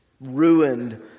ruined